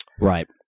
Right